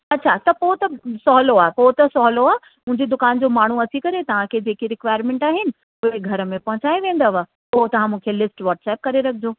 अच्छा त पो त सवलो आहे पोइ त सवलो आहे मुंहिंजी दुकानु जो माण्हूं अची करे तव्हांखे जेके रिक्वायरमेंट आहिनि उहे घर में पहुचाए वेंदव पोइ तव्हां मूंखे लिस्ट वॉट्सेप करे रखिजो